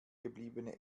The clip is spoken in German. gebliebene